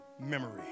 memory